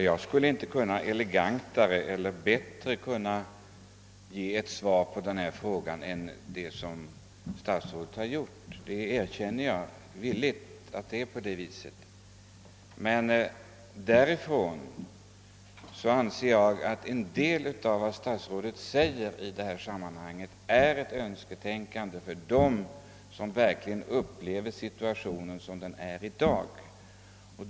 Herr talman! Jag erkänner villigt att jag inte skulle kunna ge svar på denna fråga elegantare eller bättre än vad statsrådet nu har gjort. Jag anser emel lertid att en del av vad statsrådet säger i detta sammanhang är ett önsketänkande för dem som verkligen upplever situationen sådan den är i dag.